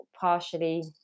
partially